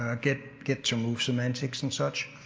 ah get get to move semantics and such.